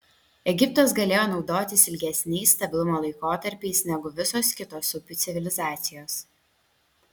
egiptas galėjo naudotis ilgesniais stabilumo laikotarpiais negu visos kitos upių civilizacijos